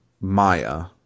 Maya